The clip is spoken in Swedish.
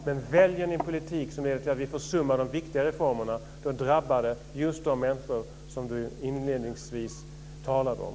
Men väljer ni en politik som gör att vi försummar de viktiga reformerna drabbar det just de människor som Tommy Waidelich inledningsvis talade om.